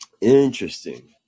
Interesting